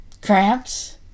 cramps